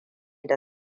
da